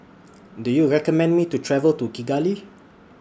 Do YOU recommend Me to travel to Kigali